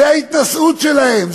זה ההתנשאות שלהם,